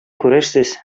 күрерсез